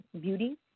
Beauty